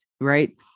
Right